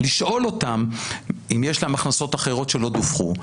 לשאול אותם אם יש להם הכנסות אחרות שלא דווחו.